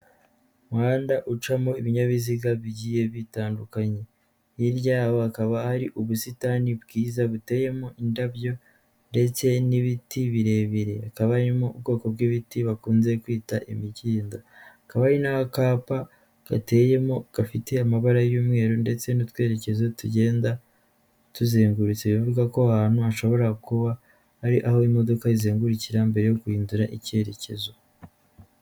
Umuhanda ucamo ibinyabiziga bitandukanye. Hirya hakaba hari ubusitani bwiza buteyemo indabyo ndetse n'ibiti birebire. Hakabamo ubwoko bw'ibiti bakunze kwita imikindo. hakaba hari n'akapa gateyemo, gafite amabara y'umweru ndetse n'utweyerekezo tugenda tuzengurutse. Bivuga ko aho hantu hashobora kuba ari aho imodoka zizengukira mbere yo guhindura icyerekezo.